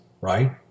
right